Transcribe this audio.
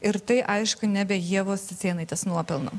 ir tai aišku nebe ievos cicėnaitės nuopelnų